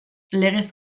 legez